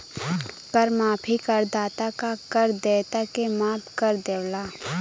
कर माफी करदाता क कर देयता के माफ कर देवला